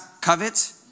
covet